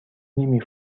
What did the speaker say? نمی